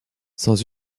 sans